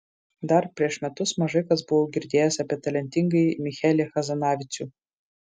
dar prieš metus mažai kas buvo girdėjęs apie talentingąjį michelį hazanavicių